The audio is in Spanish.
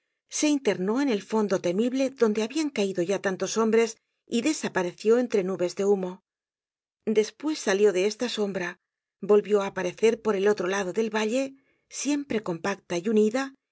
se internó en el fondo temible donde babian caido ya tantos hombres y desapareció entre nubes de humo despues salió de esta sombra volvió á aparecer por el otro lado del valle siempre compacta y unida